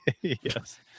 Yes